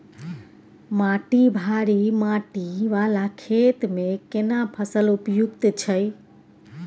माटी भारी माटी वाला खेत में केना फसल उपयुक्त छैय?